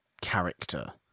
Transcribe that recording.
character